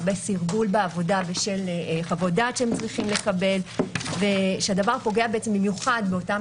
הרבה סרבול בעבודה בשל חוות דעת שהם צריכים לקבל והדבר פוגע במיוחד באותם